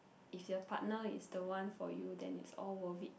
if your partner is the one for you then it's all worth it